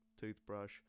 toothbrush